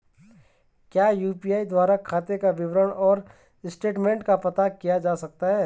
क्या यु.पी.आई द्वारा खाते का विवरण और स्टेटमेंट का पता किया जा सकता है?